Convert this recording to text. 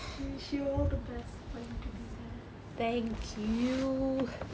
I wish you all the best for you to be there